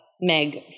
Meg